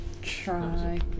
Try